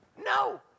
No